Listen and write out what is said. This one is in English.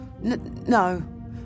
no